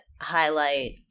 highlight